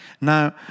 Now